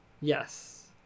yes